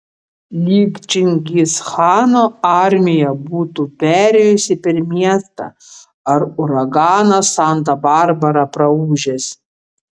lyg čingischano armija būtų perėjusi per miestą ar uraganas santa barbara praūžęs